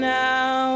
now